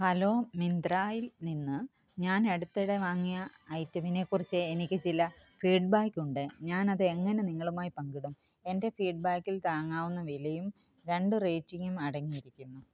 hello മിന്ത്രായിൽ നിന്നു ഞാൻ അടുത്തിടെ വാങ്ങിയ ഐറ്റമിനെക്കുറിച്ച് എനിക്ക് ചില ഫീഡ് ബാക്കുണ്ട് ഞാൻ അത് എങ്ങനെ നിങ്ങളുമായി പങ്കിടും എന്റെ ഫീഡ് ബാക്കിൽ താങ്ങാവുന്ന വിലയും രണ്ടു റേറ്റിങ്ങും അടങ്ങിയിരിക്കുന്നു